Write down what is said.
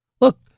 Look